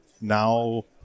now –